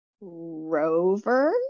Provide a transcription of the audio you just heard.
Rover